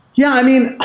yeah, i mean,